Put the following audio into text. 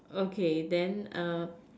okay then err